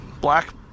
black